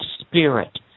spirit